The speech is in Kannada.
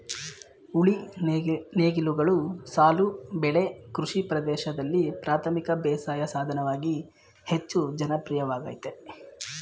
ಉಳಿ ನೇಗಿಲುಗಳು ಸಾಲು ಬೆಳೆ ಕೃಷಿ ಪ್ರದೇಶ್ದಲ್ಲಿ ಪ್ರಾಥಮಿಕ ಬೇಸಾಯ ಸಾಧನವಾಗಿ ಹೆಚ್ಚು ಜನಪ್ರಿಯವಾಗಯ್ತೆ